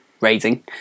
raising